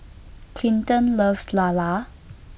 Clinton loves Lala